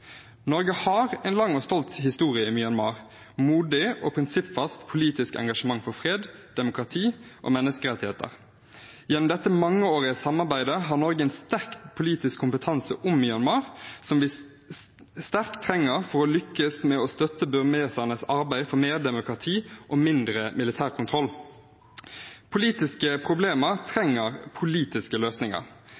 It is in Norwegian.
Norge har en lang og stolt historie i Myanmar med modig og prinsippfast politisk engasjement for fred, demokrati og menneskerettigheter. Gjennom dette mangeårige samarbeidet har Norge en sterk politisk kompetanse om Myanmar, som vi sterkt trenger for å lykkes med å støtte burmesernes arbeid for mer demokrati og mindre militær kontroll. Politiske problemer